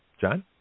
John